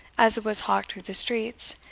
as it was hawked through the streets,